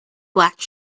black